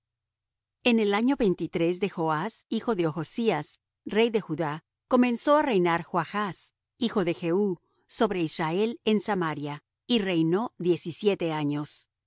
el año quince de amasías hijo de joas rey de judá comenzó á reinar jeroboam hijo de joas sobre israel en samaria y reinó cuarenta y un años